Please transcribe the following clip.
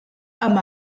amb